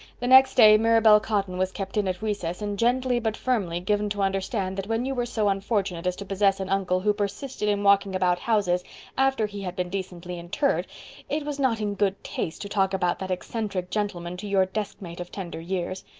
the next day mirabel cotton was kept in at recess and gently but firmly given to understand that when you were so unfortunate as to possess an uncle who persisted in walking about houses after he had been decently interred it was not in good taste to talk about that eccentric gentleman to your deskmate of tender years.